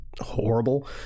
horrible